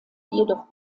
jedoch